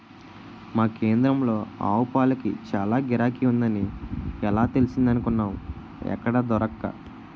మా కేంద్రంలో ఆవుపాలకి చాల గిరాకీ ఉందని ఎలా తెలిసిందనుకున్నావ్ ఎక్కడా దొరక్క